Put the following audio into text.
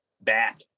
back